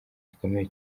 gikomeye